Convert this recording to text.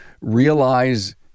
realize